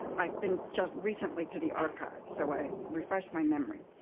i've been just recently to the archives. so i refreshed my memory.